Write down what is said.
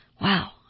wow